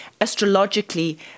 astrologically